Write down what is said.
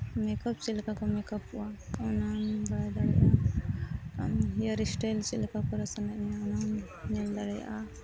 ᱪᱮᱫ ᱞᱮᱠᱟ ᱠᱚ ᱚᱜᱟ ᱚᱱᱟᱦᱚᱢ ᱵᱟᱲᱟᱭ ᱫᱟᱲᱮᱭᱟᱜᱼᱟ ᱟᱢ ᱪᱮᱫᱞᱮᱠᱟ ᱠᱚᱨᱟᱣ ᱥᱟᱱᱟᱭᱮᱫ ᱢᱮᱭᱟ ᱚᱱᱟᱦᱚᱢ ᱧᱮᱞ ᱫᱟᱲᱮᱭᱟᱜᱼᱟ